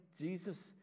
Jesus